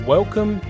Welcome